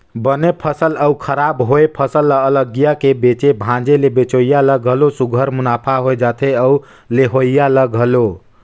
बने फसल अउ खराब होए फसल ल अलगिया के बेचे भांजे ले बेंचइया ल घलो सुग्घर मुनाफा होए जाथे अउ लेहोइया ल घलो